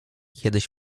kiedyś